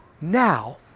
now